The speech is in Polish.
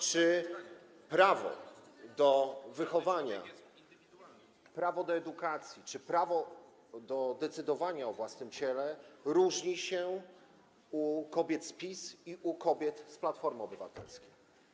Czy prawo do wychowania, prawo do edukacji, prawo do decydowania o własnym ciele różni się, jeśli chodzi o kobiety z PiS i kobiety z Platformy Obywatelskiej?